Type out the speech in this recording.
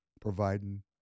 providing